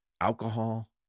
alcohol